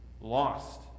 lost